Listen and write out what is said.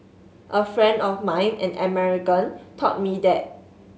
a friend of mine an American taught me that